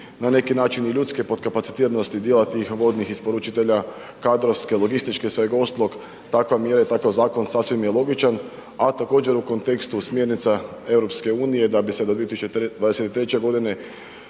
na neki način i ljudske potkapacitiranosti dijela tih vodnih isporučitelja, kadrovske, logističke …/nerazumljivo/… takve mjere i takav zakon sasvim je logičan, a također u kontekstu smjernica EU da bi se do 2023. godine